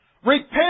Repent